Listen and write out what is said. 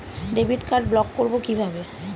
Debit card block করব কিভাবে?